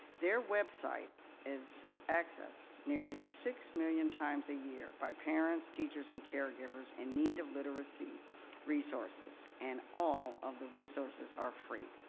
their website is accessed nearly six millions times a year by parents, teachers, and caregivers in need of literacy resources and all of the resources are free.